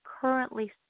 currently